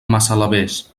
massalavés